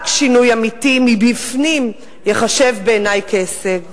רק שינוי אמיתי מבפנים ייחשב בעיני כהישג.